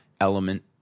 Element